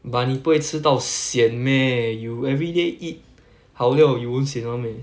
but 你不会吃到 sian meh you everyday eat 好料 you won't sian [one] meh